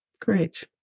Great